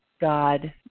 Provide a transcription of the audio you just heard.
god